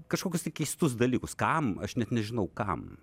kažkokius tai keistus dalykus kam aš net nežinau kam